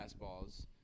fastballs